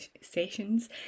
sessions